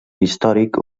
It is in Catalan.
històric